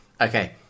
okay